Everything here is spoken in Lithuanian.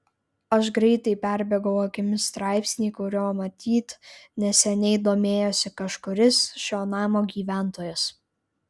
aš greitai perbėgau akimis straipsnį kuriuo matyt neseniai domėjosi kažkuris šio namo gyventojas